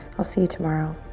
i'll see you tomorrow